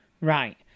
Right